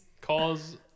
cause